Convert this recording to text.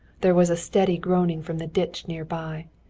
there was a steady groaning from the ditch near by.